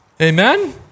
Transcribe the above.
Amen